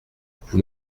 vous